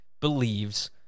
believes